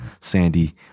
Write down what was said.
sandy